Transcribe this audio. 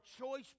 choice